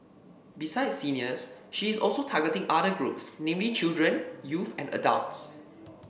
besides seniors she is also targeting other groups namely children youth and adults